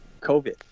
COVID